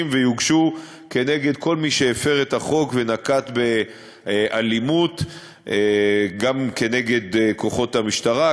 ויוגשו נגד כל מי שהפר את החוק ונקט אלימות נגד כוחות המשטרה,